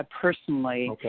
personally